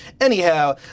Anyhow